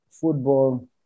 football